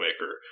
maker